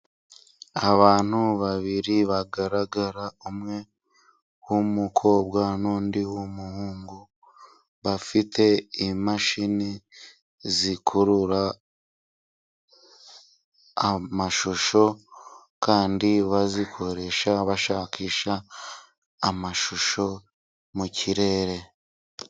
Abantu babiri bagaragara umwe w'umukobwa n'undi w'umuhungu, bafite imashini zikurura amashusho kandi bazikoresha bashakisha amashusho mu kirere.